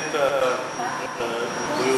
את בריאות הנפש?